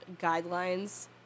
guidelines